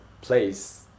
place